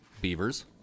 Beavers